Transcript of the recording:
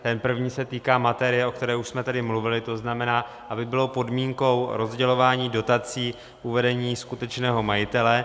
Ten první se týká materie, o které jsme už tady mluvili, to znamená, aby bylo podmínkou rozdělování dotací uvedení skutečného majitele.